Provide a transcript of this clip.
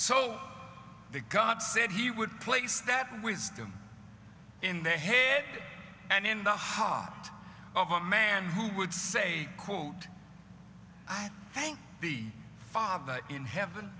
so the god said he would place that wisdom in their head and in the hot of a man who would say quote i thank the father in heaven